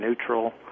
neutral